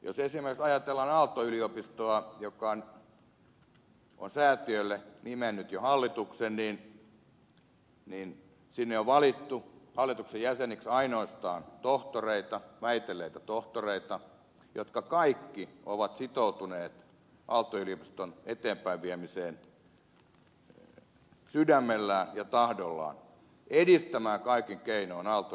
jos ajatellaan esimerkiksi aalto yliopistoa joka on säätiölle nimennyt jo hallituksen niin sinne on valittu hallituksen jäseniksi ainoastaan väitelleitä tohtoreita jotka kaikki ovat sitoutuneet aalto yliopiston eteenpäinviemiseen sydämellään ja tahdollaan edistämään kaikin keinoin aalto yliopiston kehitystä